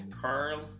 Carl